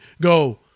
go